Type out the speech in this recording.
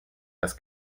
das